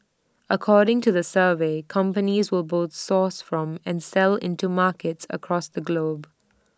according to the survey companies will both source from and sell into markets across the globe